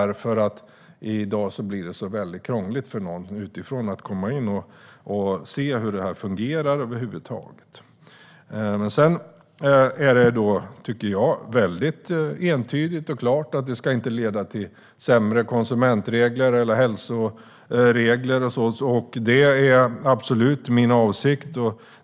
I dag är det väldigt krångligt för någon utifrån att komma in och se hur det fungerar. Jag tycker att det är entydigt och klart att det inte ska leda till sämre konsumentregler eller hälsoregler. Det är absolut min avsikt.